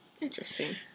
interesting